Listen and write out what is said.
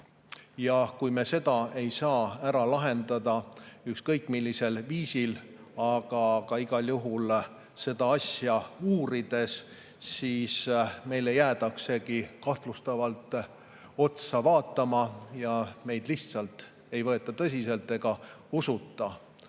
Kui me seda ei saa ära lahendada ükskõik millisel viisil, aga igal juhul seda asja uurides, siis meile jäädaksegi kahtlustavalt otsa vaatama ja meid lihtsalt ei võeta tõsiselt ega usuta.